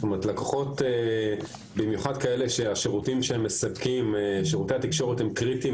במיוחד לקוחות כאלה, ששירותי התקשורת הם קריטיים